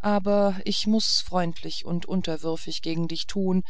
aber ich muß freundlich und unterwürfig gegen dich tun